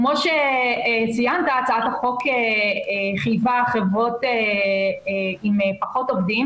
כמו שציינת, הצעת החוק חייבה חברות עם פחות עובדים